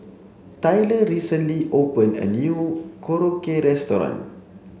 Tylor recently opened a new Korokke restaurant